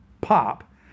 pop